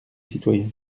citoyen